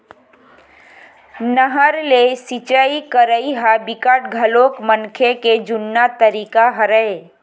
नहर ले सिचई करई ह बिकट घलोक मनखे के जुन्ना तरीका हरय